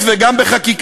ויש פתרון.